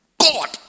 God